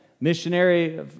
missionary